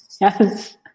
Yes